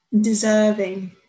deserving